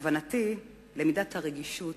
כוונתי היא למידת הרגישות